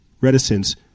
reticence